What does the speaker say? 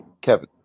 Kevin